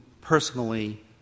personally